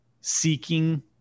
seeking